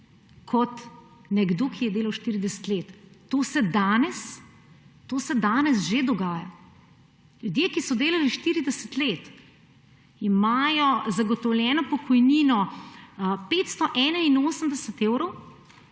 kot nekdo, ki je delal 40 let. To se danes že dogaja. Ljudje, ki so delali 40 let, imajo zagotovljeno pokojnino 581 evrov